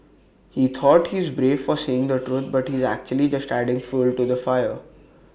he thought he's brave for saying the truth but he's actually just adding fuel to the fire